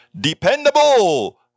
dependable